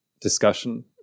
discussion